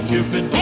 Cupid